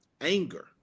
anger